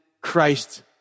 Christ